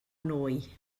nwy